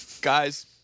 Guys